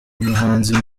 umuhanzi